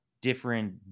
Different